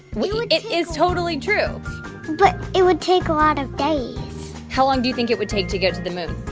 it is totally true but it would take a lot of days how long do you think it would take to get to the moon?